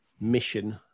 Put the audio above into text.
mission